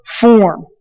form